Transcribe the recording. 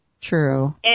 True